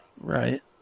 right